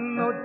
no